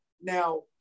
now